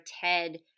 TED